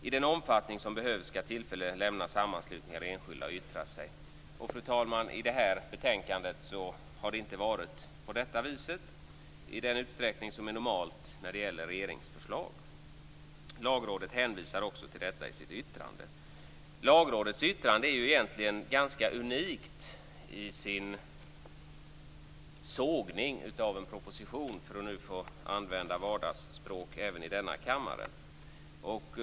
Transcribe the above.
I den omfattning som behövs skall tillfälle lämnas sammanslutningar och enskilda att yttra sig." I det här betänkandet har detta inte skett i den utsträckning som är normalt vid regeringsförslag. Lagrådet hänvisar också till detta i sitt yttrande. Lagrådets yttrande är egentligen ganska unikt i sin sågning av en proposition - för att använda vardagsspråk även i denna kammare.